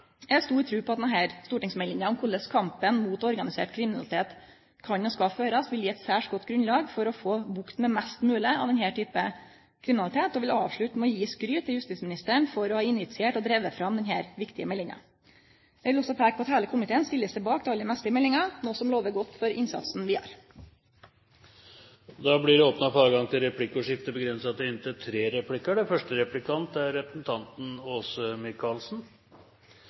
Eg har stor tru på at stortingsmeldinga om korleis kampen mot organisert kriminalitet kan og skal førast, vil gje eit særs godt grunnlag for å få bukt med mest mogleg av denne typen kriminalitet, og vil avslutte med å gje skryt til justisministeren for å ha initiert og drive fram denne viktige meldinga. Eg vil også peike på at heile komiteen stiller seg bak det aller meste i meldinga, noko som lover godt for innsatsen vidare. Det blir åpnet for replikkordskifte. Det foregår nå en mer og mer høylytt diskusjon når det